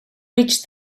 reached